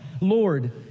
lord